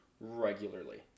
regularly